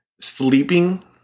sleeping